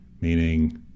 meaning